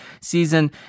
season